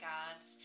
Gods